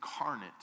incarnate